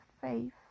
faith